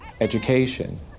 education